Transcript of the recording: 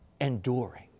Enduring